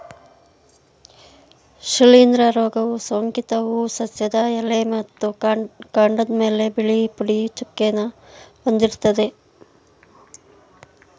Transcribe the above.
ಶಿಲೀಂಧ್ರ ರೋಗವು ಸೋಂಕಿತ ಹೂ ಸಸ್ಯದ ಎಲೆ ಮತ್ತು ಕಾಂಡದ್ಮೇಲೆ ಬಿಳಿ ಪುಡಿ ಚುಕ್ಕೆನ ಹೊಂದಿರ್ತದೆ